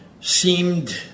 seemed